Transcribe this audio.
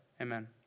Amen